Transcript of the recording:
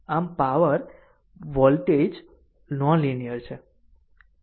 આમ power voltage non linear છે